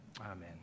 amen